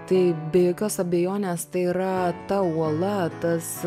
tai be jokios abejonės tai yra ta uola tas